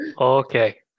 Okay